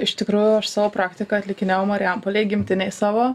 iš tikrųjų aš savo praktiką atlikinėjau marijampolėj gimtinėj savo